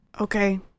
Okay